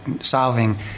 solving